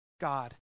God